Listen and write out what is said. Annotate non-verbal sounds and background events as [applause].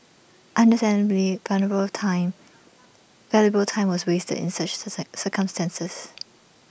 understandably valuable time valuable time was wasted in such [unintelligible] instances